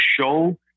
show